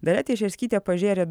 dalia teišerskytė pažėrė